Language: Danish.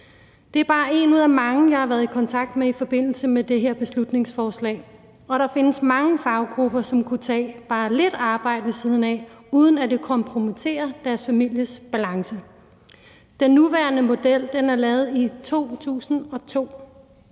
Det er bare en ud af mange, jeg har været i kontakt med i forbindelse med det her beslutningsforslag, og der findes mange faggrupper, som kunne tage bare lidt arbejde ved siden af, uden at det kompromitterer deres families balance. Den nuværende model er lavet i 2002